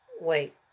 wait